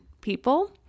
people